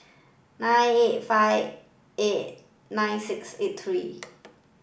nine eight five eight nine six eight three